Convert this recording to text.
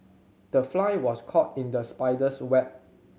the fly was caught in the spider's web